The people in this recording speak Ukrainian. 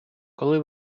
коли